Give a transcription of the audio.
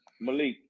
Malik